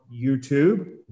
YouTube